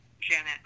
Janet